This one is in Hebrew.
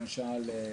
למשל,